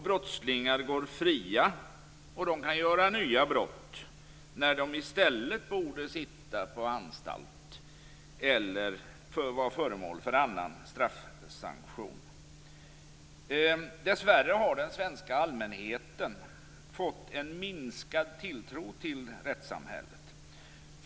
Brottslingar går fria och kan begå nya brott när de i stället borde sitta på anstalt eller vara föremål för annan straffsanktion. Dessvärre har den svenska allmänheten fått minskad tilltro till rättssamhället.